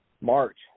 March